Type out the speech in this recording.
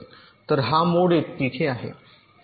तर हा मोड तिथे आहे